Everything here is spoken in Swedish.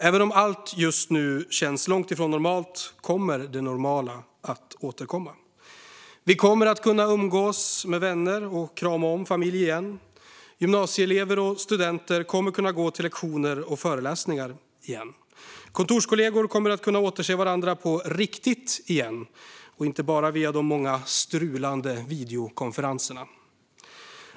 Även om allt just nu känns långt ifrån normalt kommer det normala att återkomma. Vi kommer att kunna umgås med vänner och krama om familj igen, och gymnasieelever och studenter kommer att kunna gå till lektioner och föreläsningar igen. Kontorskollegor kommer att kunna återse varandra på riktigt igen - inte bara via de många strulande videokonferenserna.